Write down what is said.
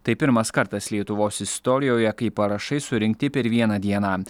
tai pirmas kartas lietuvos istorijoje kai parašai surinkti per vieną dieną